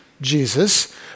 Jesus